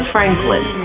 Franklin